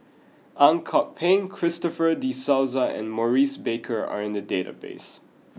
Ang Kok Peng Christopher De Souza and Maurice Baker are in the database